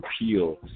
appeal